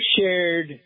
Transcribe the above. shared